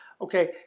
okay